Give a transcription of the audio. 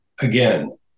again